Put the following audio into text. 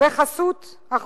בחסות החוק.